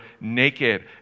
naked